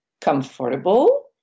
comfortable